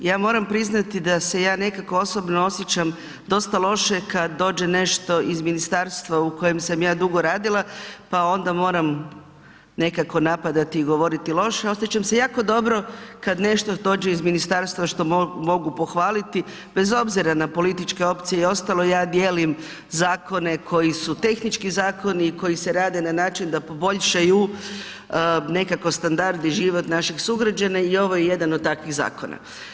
Ja moram priznati da se ja nekako osobno osjećam dosta loše kad dođe nešto iz ministarstva u kojem sam ja dugo radila, pa onda moram nekako napadati i govoriti loše, osjećam se jako dobro kad nešto dođe iz ministarstva što mogu pohvaliti bez obzira na političke opcije i ostalo, ja dijelim zakone koji su tehnički zakoni i koji se rade na način da poboljšaju nekako standard i život naših sugrađana i ovo je jedan od takvih zakona.